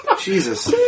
Jesus